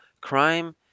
crime